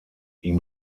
ihm